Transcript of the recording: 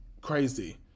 crazy